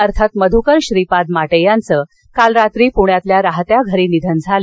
अर्थात मधुकर श्रीपाद माटे यांच काल रात्री पुण्यातील राहत्या घरी निधन झालं